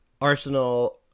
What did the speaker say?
Arsenal